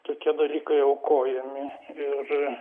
tokie dalykai aukojami ir